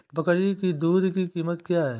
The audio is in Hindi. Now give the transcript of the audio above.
बकरी की दूध की कीमत क्या है?